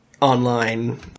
online